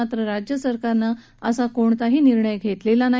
मात्र राज्य सरकारनं असा कोणताही निर्णय घेतलेला नाही